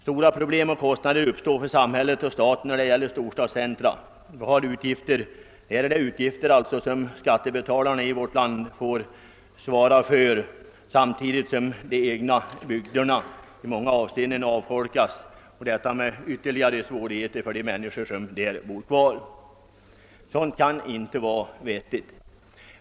Stora problem och kostnader uppstår för samhälle och stat i fråga om dessa storstadscentra, och det är skattebetalarna i hela vårt land som får svara för utgifterna samtidigt som de egna bygderna ofta avfolkas med ytterligare svårigheter som följd för de människor som bor kvar. Sådant kan inte vara vettigt.